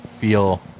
feel